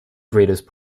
greatest